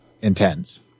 intense